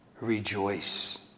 Rejoice